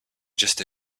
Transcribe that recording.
just